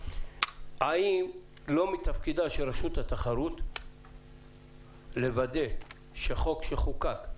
מייצג --- האם לא מתפקידה של רשות התחרות לוודא שחוק שחוקק,